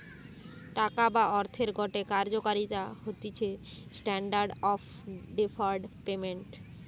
টাকা বা অর্থের গটে কার্যকারিতা হতিছে স্ট্যান্ডার্ড অফ ডেফার্ড পেমেন্ট